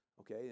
Okay